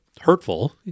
hurtful